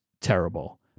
terrible